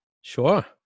Sure